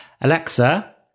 Alexa